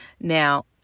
Now